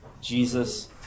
Jesus